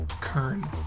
Kern